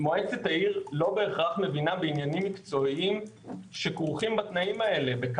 מועצת העיר לא בהכרח מבינה בעניינים מקצועיים שכרוכים בתנאים האלה.